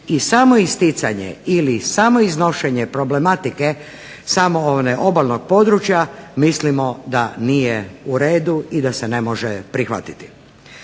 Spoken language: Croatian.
i samoisticanje ili samoiznošenje problematike samo one obalnog područja mislimo da nije u redu i da se ne može prihvatiti.